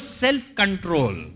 self-control